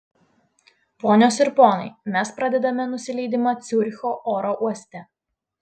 ponios ir ponai mes pradedame nusileidimą ciuricho oro uoste